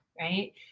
right